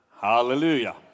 Hallelujah